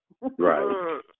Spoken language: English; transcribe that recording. Right